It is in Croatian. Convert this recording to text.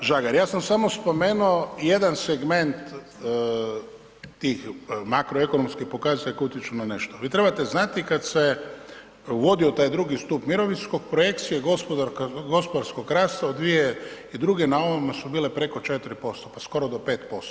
Kolega Žagar, ja sam samo spomenuo jedan segment tih makroekonomskih pokazatelja koji utječu na nešto, vi trebate znati kad se uvidio taj II. stup mirovinskog, projekcije gospodarskog rasta u 2002. na ovima su bile preko 4% pa skoro do 5%